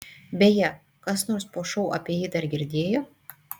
beje kas nors po šou apie jį dar girdėjo